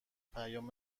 پیام